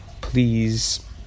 please